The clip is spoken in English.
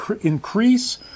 increase